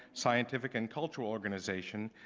scientific, and cultural organization,